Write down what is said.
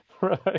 right